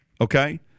Okay